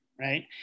right